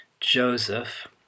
joseph